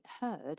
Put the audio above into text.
heard